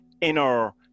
inner